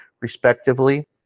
respectively